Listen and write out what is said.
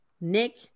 Nick